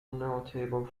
notable